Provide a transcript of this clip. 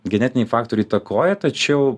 genetiniai faktoriai įtakoja tačiau